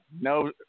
no